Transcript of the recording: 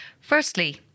Firstly